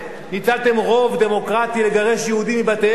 ניצלתם רוב דמוקרטי לגרש יהודים מבתיהם.